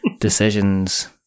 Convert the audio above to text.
Decisions